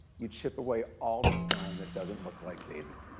you chip away all the stone that doesn't look like david.